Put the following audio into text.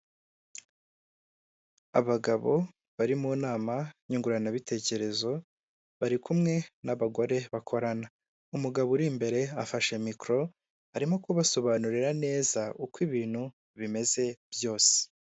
Abagabo bari mu nama nyunguranabitekerezo bari kumwe n'abagore bakorana, umugabo uri imbere afashe mikoro arimo kubasobanurira neza uko ibintu bimeze byose.